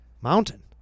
Mountain